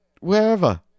Wherever